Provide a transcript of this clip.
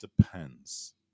depends